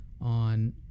on